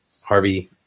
Harvey